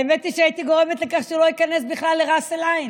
האמת היא שהייתי גורמת לכך שהוא לא ייכנס בכלל לראס אל-עין.